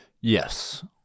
yes